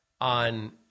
on